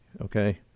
okay